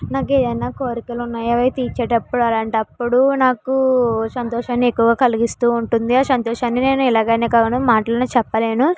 నాకు ఏమైన కోరికలు ఉన్నాయి అవి తీర్చేటప్పుడు అలాంటప్పుడు నాకు సంతోషాన్ని ఎక్కువ కలిగిస్తు ఉంటుంది ఆ సంతోషాన్ని నేను ఎలాగ అని నేను మాటలలో చెప్పలేను